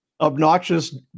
obnoxious